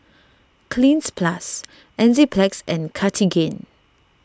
Cleanz Plus Enzyplex and Cartigain